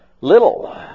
little